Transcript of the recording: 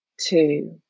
two